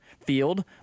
field